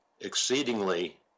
exceedingly